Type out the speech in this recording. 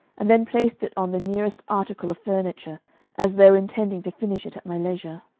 and then placed it on the nearest article of furniture as though intending to finish it at my leisure.